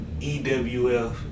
EWF